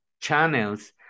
channels